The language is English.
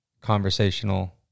conversational